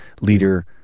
leader